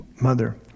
mother